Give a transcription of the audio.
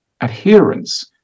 adherence